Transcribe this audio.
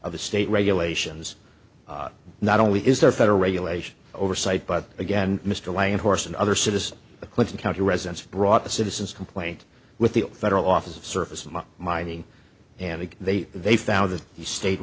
of the state regulations not only is there federal regulation oversight but again mr wang horse and other citizens the clinton county residents brought the citizens complaint with the federal office of surface and mining and they they found that the sta